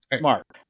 Mark